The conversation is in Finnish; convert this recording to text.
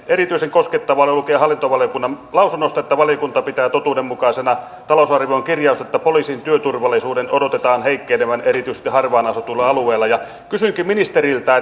erityisen koskettavana lukee hallintovaliokunnan lausunnossa että valiokunta pitää totuudenmukaisena talousvaliokunnan kirjausta että poliisin työturvallisuuden odotetaan heikkenevän erityisesti harvaan asutuilla alueilla kysynkin ministeriltä